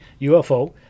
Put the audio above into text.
ufo